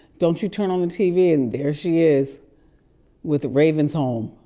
don't you turn on the tv and there she is with raven's home.